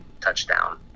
touchdown